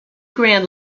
grand